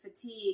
fatigue